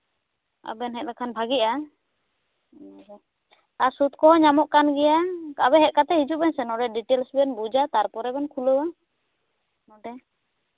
ᱟᱵᱮᱱ ᱦᱮᱡ ᱞᱮᱠᱷᱟᱱ ᱵᱷᱟᱜᱤᱜᱼᱟ ᱤᱱᱟᱹᱜᱮ ᱟᱨ ᱥᱩᱫ ᱠᱚᱦᱚᱸ ᱧᱟᱢᱚᱜ ᱠᱟᱱ ᱜᱮᱭᱟ ᱟᱵᱮᱱ ᱦᱮᱡ ᱠᱟᱛᱮᱜ ᱦᱤᱡᱩᱜ ᱵᱮᱱ ᱥᱮ ᱰᱤᱴᱮᱞᱥᱵᱮᱱ ᱵᱩᱡᱼᱟ ᱛᱟᱨᱯᱚᱨᱮ ᱵᱮᱱ ᱠᱷᱩᱞᱟᱹᱣᱼᱟ ᱱᱚᱰᱮ